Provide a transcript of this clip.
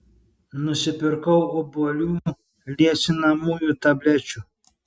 nusipirkau obuolių liesinamųjų tablečių